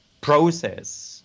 process